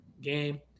game